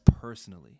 personally